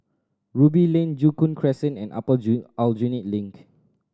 Ruby Lane Joo Koon Crescent and Upper Joo Aljunied Link